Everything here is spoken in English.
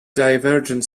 divergent